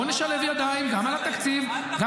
בואו נשלב ידיים גם על התקציב -- לא,